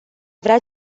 vrea